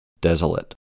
Desolate